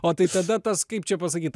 o tai tada tas kaip čia pasakyt